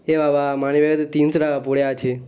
এ বাবা মানিব্যাগে তো তিনশো টাকা পড়ে আছে